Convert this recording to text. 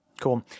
Cool